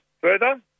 further